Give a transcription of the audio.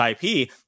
IP